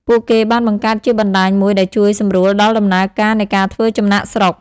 ពួកគេបានបង្កើតជាបណ្ដាញមួយដែលជួយសម្រួលដល់ដំណើរការនៃការធ្វើចំណាកស្រុក។